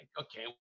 okay